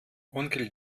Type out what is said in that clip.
onkel